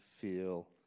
feel